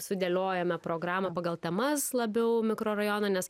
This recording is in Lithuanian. sudėliojome programą pagal temas labiau mikrorajoną nes